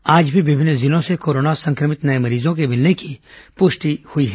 आज भी विभिन्न जिलों से कोरोना संक्रमित नये मरीजों के मिलने की पृष्टि हई है